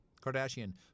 Kardashian